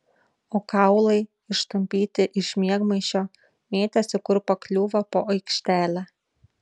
o kaulai ištampyti iš miegmaišio mėtėsi kur pakliūva po aikštelę